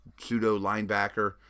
pseudo-linebacker